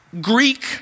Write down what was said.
Greek